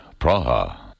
Praha